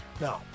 No